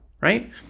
right